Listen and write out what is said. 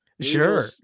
Sure